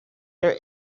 there